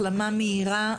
החלמה מהירה,